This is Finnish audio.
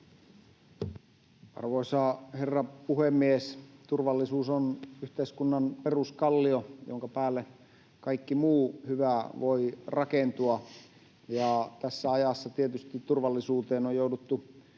Arvoisa herra puhemies! Turvallisuus on yhteiskunnan peruskallio, jonka päälle kaikki muu hyvä voi rakentua, ja tässä ajassa tietysti turvallisuuteen on jouduttu